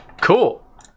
Cool